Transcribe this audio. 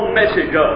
message